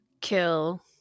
kill